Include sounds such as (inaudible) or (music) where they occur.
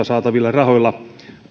(unintelligible) saatavilla rahoilla